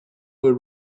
were